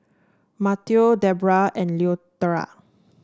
Mateo Deborah and Loretta